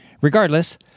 Regardless